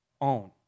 own